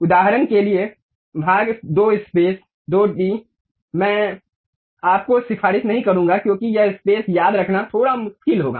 उदाहरण के लिए भाग 2 स्पेस 2 डी मैं आपको सिफारिश नहीं करूंगा क्योंकि यह स्पेस याद रखना थोड़ा मुश्किल होगा